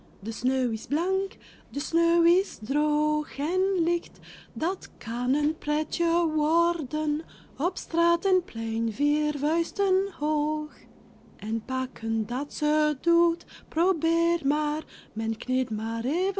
de sneeuw is blank de sneeuw is droog en ligt dat kan een pretje worden op straat en plein vier vuisten hoog en pakken dat ze doet probeer maar men